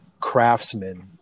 craftsmen